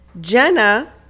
Jenna